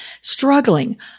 struggling